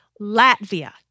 Latvia